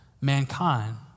mankind